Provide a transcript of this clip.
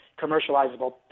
commercializable